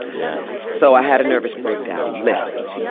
yeah so i had a nervous breakdown, literally.